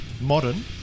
Modern